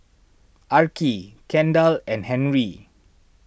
Arkie Kendal and Henri